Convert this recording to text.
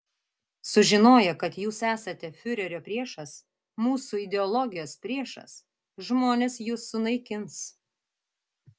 sužinoję kad jūs esate fiurerio priešas mūsų ideologijos priešas žmonės jus sunaikins